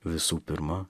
visų pirma